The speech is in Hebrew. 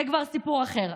זה כבר סיפור אחר.